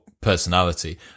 personality